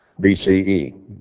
BCE